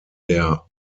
der